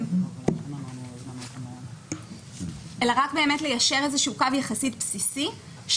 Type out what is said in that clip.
כל בעל נכס ידאג שלא יהיה מפגע, כמו